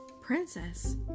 Princess